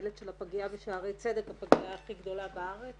מנהלת הפגייה בשערי צדק, הפגיה הכי גדולה בארץ.